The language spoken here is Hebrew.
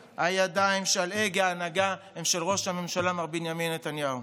הידיים שעל הגה ההנהגה הן של ראש הממשלה מר בנימין נתניהו.